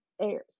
airs